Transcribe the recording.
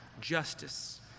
justice